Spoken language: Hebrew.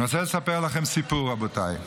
אני רוצה לספר לכם סיפור, רבותיי.